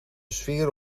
sfeer